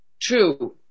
true